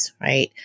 right